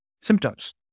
Symptoms